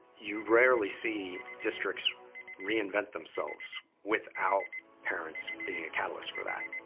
you rarely see districts reinvent themselves without parents being a catalyst for that.